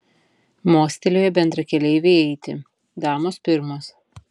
mostelėjo bendrakeleivei eiti damos pirmos